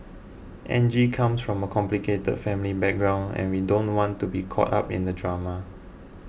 Angie comes from a complicated family background and we don't want to be caught up in the drama